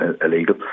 illegal